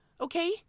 okay